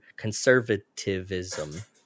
Conservativism